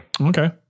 Okay